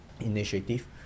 initiative